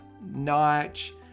notch